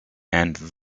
and